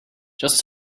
just